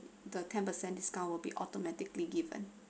the ten percent discount will be automatically given